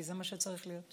כי זה מה שצריך להיות.